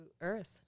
earth